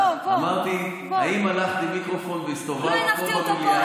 אמרתי, האם הלכת עם מיקרופון והסתובבת פה במליאה?